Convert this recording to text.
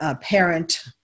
Parent